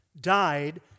died